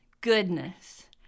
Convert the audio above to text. goodness